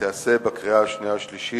התש"ע 2010, קריאה ראשונה.